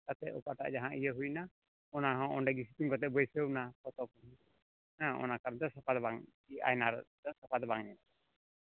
ᱠᱟᱛᱮᱫ ᱚᱠᱟᱴᱟᱜ ᱡᱟᱦᱟᱸ ᱤᱭᱟᱹ ᱦᱩᱭᱮᱱᱟ ᱚᱱᱟ ᱦᱚᱸ ᱚᱸᱰᱮ ᱜᱮ ᱥᱮᱴᱤᱝ ᱠᱟᱛᱮᱫ ᱵᱟᱹᱭᱥᱟᱹᱣ ᱮᱱᱟ ᱦᱮᱸ ᱚᱱᱟ ᱠᱟᱨᱚᱱ ᱛᱮ ᱥᱟᱯᱷᱟ ᱫᱚ ᱵᱟᱝ ᱟᱭᱱᱟ ᱨᱮᱫᱚ ᱥᱟᱯᱷᱟ ᱫᱚ ᱵᱟᱝ ᱧᱮᱞ ᱞᱮᱱᱟ